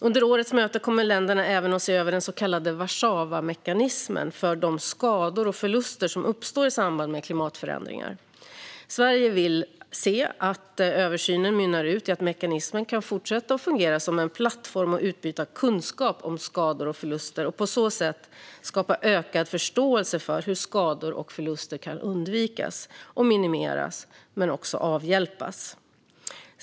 Under årets möte kommer länderna även att se över den så kallade Warszawamekanismen för de skador och förluster som uppstår i samband med klimatförändringar. Sverige vill se att översynen mynnar ut i att mekanismen kan fortsätta att fungera som en plattform för att utbyta kunskap om skador och förluster och på så sätt skapa ökad förståelse för hur skador och förluster kan undvikas, minimeras och avhjälpas.